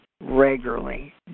regularly